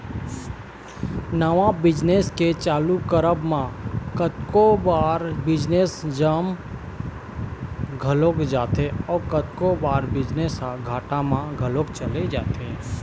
नवा बिजनेस के चालू करब म कतको बार बिजनेस जम घलोक जाथे अउ कतको बार बिजनेस ह घाटा म घलोक चले जाथे